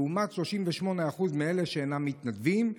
לעומת 38% מאלה שאינם מתנדבים,